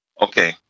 Okay